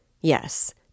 Yes